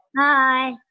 Hi